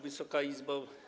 Wysoka Izbo!